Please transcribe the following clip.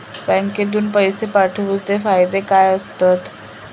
बँकेतून पैशे पाठवूचे फायदे काय असतत?